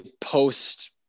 post